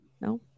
no